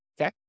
Okay